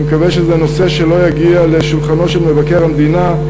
אני מקווה שזה נושא שלא יגיע לשולחנו של מבקר המדינה,